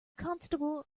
constable